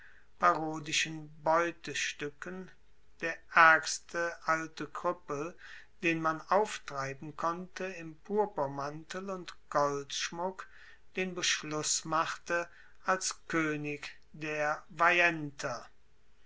parodischen beutestuecken der aergste alte krueppel den man auftreiben konnte im purpurmantel und goldschmuck den beschluss machte als koenig der